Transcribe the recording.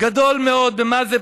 גדול מאוד מה זאת